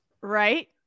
Right